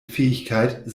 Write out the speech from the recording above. fähigkeit